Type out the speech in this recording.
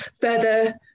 further